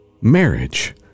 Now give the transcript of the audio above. Marriage